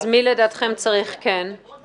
על מי לדעתכם הן צריכות לחול?